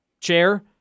Chair